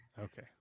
Okay